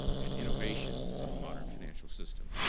and innovation of a modern financial system.